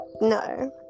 no